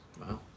Wow